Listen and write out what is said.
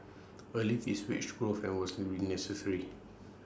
A lift is wage growth and was likely to be A necessary